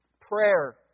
prayer